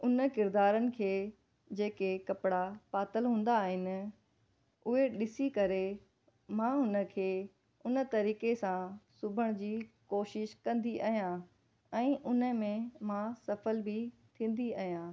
उन किरिदारनि खे जेके कपिड़ा पातल हूंदा आहिनि उहे ॾिसी करे मां हुन खे उन तरीक़े सां सुबण जी कोशिशि कंदी आहियां ऐं उन में मां सफलु बि थींदी आहियां